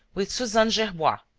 with suzanne gerbois,